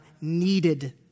needed